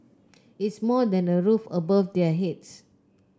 it's more than a roof above their heads